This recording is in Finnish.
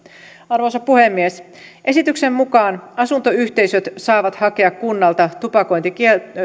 arvoisa puhemies esityksen mukaan asuntoyhteisöt saavat hakea kunnalta tupakointikieltoa